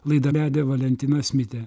laidą vedė valentinas mitė